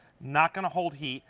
not going to hold heat,